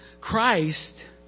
Christ